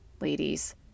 ladies